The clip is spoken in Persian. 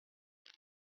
جاده